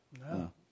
No